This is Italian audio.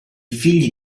figli